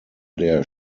der